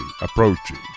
approaching